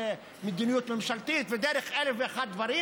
מדיניות ממשלתית ודרך אלף ואחד דברים,